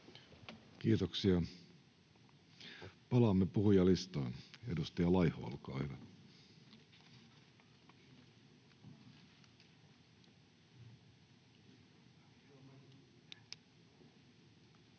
Kiitoksia. — Palaamme puhujalistaan. Edustaja Laiho, olkaa hyvä. Arvoisa